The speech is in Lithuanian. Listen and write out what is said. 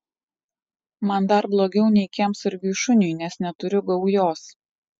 man dar blogiau nei kiemsargiui šuniui nes neturiu gaujos